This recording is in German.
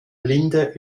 blinde